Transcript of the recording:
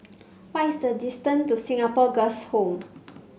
what is the distance to Singapore Girls' Home